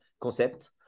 concept